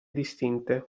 distinte